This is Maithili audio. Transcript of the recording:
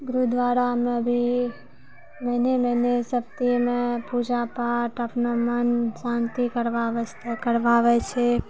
गुरुद्वारामे भी महिने महिने सभ पूजा पाठ अपना मन शान्ति करै वास्ते करबाबै छै